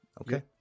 Okay